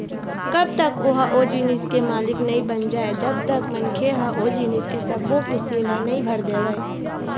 कब तक ओहा ओ जिनिस के मालिक नइ बन जाय जब तक मनखे ह ओ जिनिस के सब्बो किस्ती ल नइ भर देवय